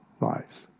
lives